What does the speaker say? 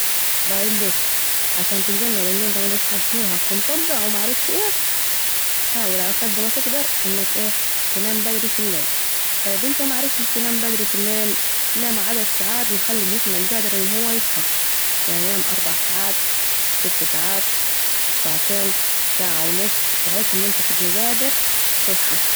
طايب بص ، علشان تتجنب أن أنت متصحاش مرهق و مصدع و معرفش أية ، حاول على كد متقدر انك ايه تنام بدري في الليل ، طيب أنت معرفتش تنام بدري في الليل نام عدد ساعات يخلي جسمك قادر ان هو يحصي يعني نام اربع ساعات ست ساعات ساعتين ساعه و نص بحيث أن أنت تبقي قادر تصحي